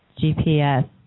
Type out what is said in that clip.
GPS